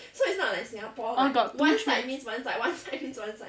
orh got two train